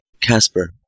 Casper